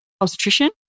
obstetrician